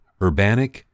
Urbanic